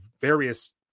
various